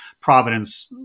Providence